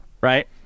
Right